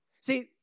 See